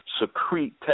secrete